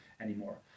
anymore